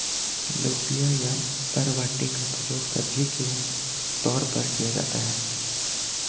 लोबिया या बरबटी का प्रयोग सब्जी के तौर पर किया जाता है